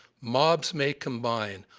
mobs may combine,